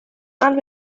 and